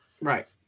Right